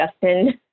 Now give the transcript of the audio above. Justin